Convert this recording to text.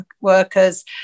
workers